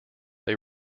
they